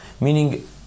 Meaning